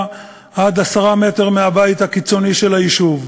עד עשרה מטר מהבית הקיצוני של היישוב,